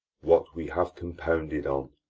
what we have compounded on.